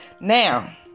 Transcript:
Now